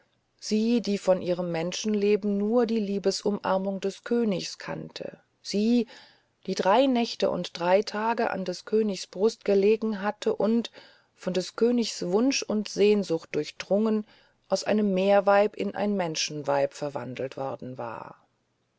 sie die von ihrem menschenleben nur die liebesumarmungen des königs kannte sie die drei nächte und drei tage an des königs brust gelegen hatte und von des königs wunsch und sehnsucht durchdrungen aus einem meerweib in ein menschenweib verwandelt worden war